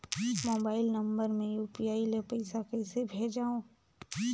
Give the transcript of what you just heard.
Mobile number मे UPI ले पइसा कइसे भेजवं?